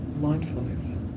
mindfulness